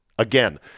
Again